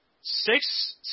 six